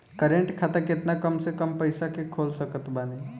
Current खाता केतना कम से कम पईसा से खोल सकत बानी?